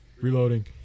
Reloading